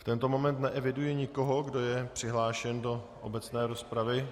V tento moment neeviduji nikoho, kdo je přihlášen do obecné rozpravy.